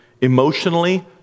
Emotionally